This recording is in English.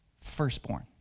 firstborn